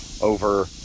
over